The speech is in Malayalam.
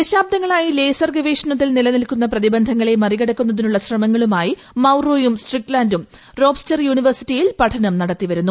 ദശാബ്ദങ്ങളായി ലേസർ ഗവേഷണത്തിൽ നിലനിൽക്കുന്ന പ്രതിബന്ധങ്ങളെ മറികടക്കുന്നതിനുള്ള ശ്രമങ്ങളു മായി മൌറോയും സ്ട്രിക് ലാന്റും റോപ്സ്റ്റർ യൂണിവേഴ്സിറ്റിയിൽ പഠനം നടത്തി വരുന്നു